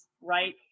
right